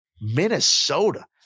Minnesota